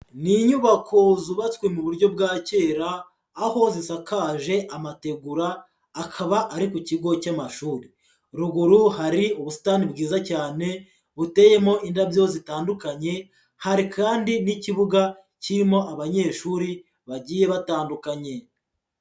Ni inyubako zubatswe mu buryo bwa kera, aho zisakaje amategura, akaba ari ku kigo cy'amashuri, ruguru hari ubusitani bwiza cyane, buteyemo indabyo zitandukanye, hari kandi n'ikibuga kirimo abanyeshuri bagiye batandukanye.